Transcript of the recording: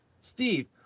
steve